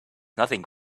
nothing